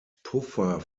puffer